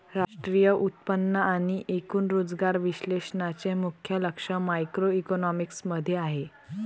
राष्ट्रीय उत्पन्न आणि एकूण रोजगार विश्लेषणाचे मुख्य लक्ष मॅक्रोइकॉनॉमिक्स मध्ये आहे